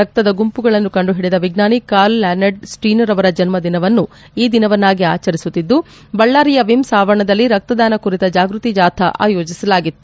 ರಕ್ತದ ಗುಂಪುಗಳನ್ನು ಕಂಡುಹಿಡಿದ ವಿಜ್ವಾನಿ ಕಾರ್ಲ್ ಲ್ಲನಡ್ ಸ್ಸೀನರ್ ಅವರ ಜನ್ನ ದಿನವನ್ನು ಈ ದಿನವನ್ನಾಗಿ ಆಚರಿಸುತ್ತಿದ್ದು ಬಳ್ಳಾರಿಯ ವಿಮ್ಲ್ ಆವರಣದಲ್ಲಿ ರಕ್ತದಾನ ಕುರಿತ ಜಾಗೃತಿ ಜಾಥಾ ಆಯೋಜಿಸಲಾಗಿತ್ತು